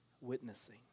witnessing